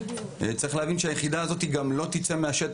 צריך להבין שהיחידה הזאת לא תצא מהשטח,